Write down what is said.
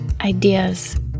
ideas